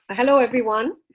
hello everyone.